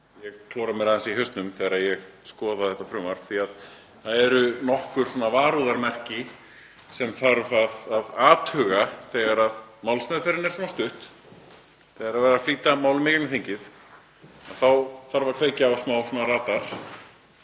Ég klóra mér aðeins í hausnum þegar ég skoða þetta frumvarp því að það eru nokkur varúðarmerki sem þarf að athuga. Þegar málsmeðferðin er svo stutt og þegar verið er að flýta málum í gegnum þingið þá þarf að kveikja á smá radar